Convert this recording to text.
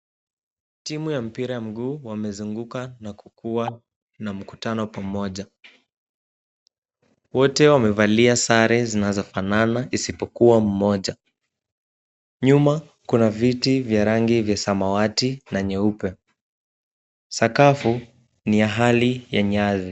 Timu ya mpira ya mguu wamezunguka na kukuwa na mkutano pamoja. Wote wamevalia sare zinazofanana isipokuwa mmoja. Nyuma kuna viti vya rangi vya samawati na nyeupe. Sakafu ni ya hali ya nyasi.